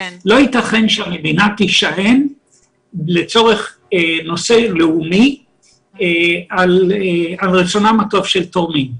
לא יתכן שהמדינה תישען לצורך נושא לאומי על רצונם הטוב של תורמים,